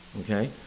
okay